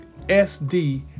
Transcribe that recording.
sd